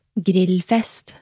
grillfest